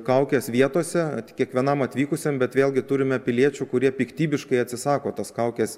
kaukes vietose kiekvienam atvykusiam bet vėlgi turime piliečių kurie piktybiškai atsisako tas kaukes